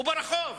וברחוב,